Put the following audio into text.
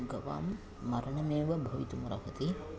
गवां मरणमेव भवितुमर्हति